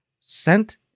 sent